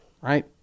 right